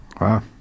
wow